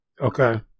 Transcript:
Okay